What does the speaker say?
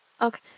Okay